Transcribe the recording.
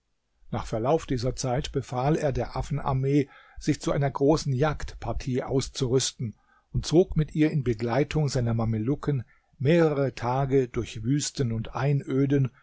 nach verlauf dieser zeit befahl er der affenarmee sich zu einer großen jagdpartie auszurüsten und zog mit ihr in begleitung seiner mamelucken mehrere tage durch wüsten und einöden